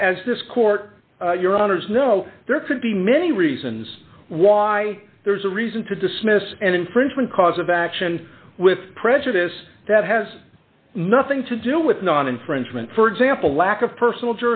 as this court your honors know there could be many reasons why there's a reason to dismiss an infringement cause of action with prejudice that has nothing to do with non infringement for example lack of personal